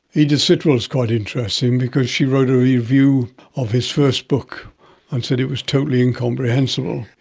edith sitwell is quite interesting because she wrote a review of his first book and said it was totally incomprehensible,